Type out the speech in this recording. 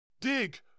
Dig